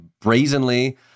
brazenly